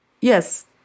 Yes